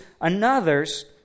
another's